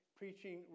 preaching